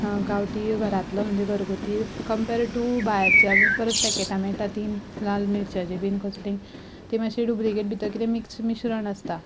गांवठी घरांतलो म्हणजे घरगुती कम्पेर्ड टू भायरच्या परस पेकॅटां मेळटा तीं लाल मिरचाचीं बी कसलीं तीं मातशे डुप्लिकेट भितर कितें मिक्स मिश्रण आसता